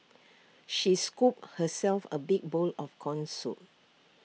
she scooped herself A big bowl of Corn Soup